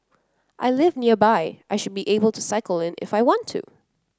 I live nearby I should be able to cycle in if I want to